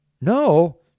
No